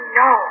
no